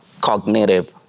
cognitive